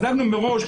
אנחנו מראש,